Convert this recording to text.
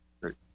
Great